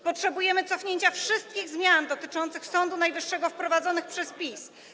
Potrzebujemy cofnięcia wszystkich zmian dotyczących Sądu Najwyższego wprowadzonych przez PiS.